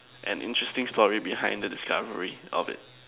an interesting story behind the discovery of it